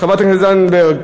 חברת הכנסת זנדברג.